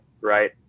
Right